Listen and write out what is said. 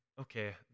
okay